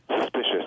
suspicious